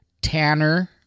Tanner